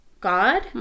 God